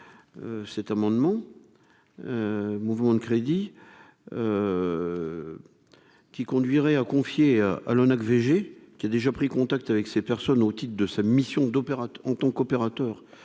cet amendement, mouvement de crédit qui conduirait à confier à l'ONAC VG, qui a déjà pris contact avec ces personnes, titre de sa mission d'opérateur